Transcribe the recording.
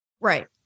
Right